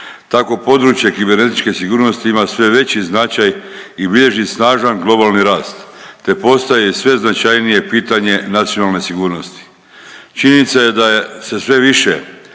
tako područje kibernetičke sigurnosti ima sve veći značaj i bilježi snažan globalni rast, te postaje sve značajnije pitanje nacionalne sigurnosti. Činjenica je da je se sve više